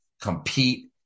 compete